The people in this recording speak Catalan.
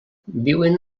viuen